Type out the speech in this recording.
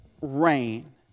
rain